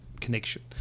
connection